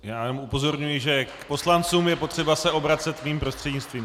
Já jenom upozorňuji, že k poslancům je potřeba se obracet mým prostřednictvím.